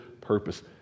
purpose